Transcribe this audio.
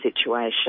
situation